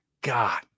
God